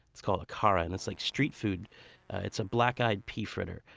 it's called akara and it's like street food it's a black-eyed pea fritter.